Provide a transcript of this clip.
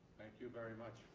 thank you very much.